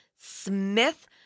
Smith